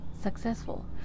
successful